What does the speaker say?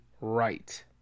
right